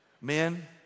Men